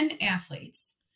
athletes